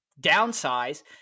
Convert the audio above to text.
downsize